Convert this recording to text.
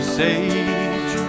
sage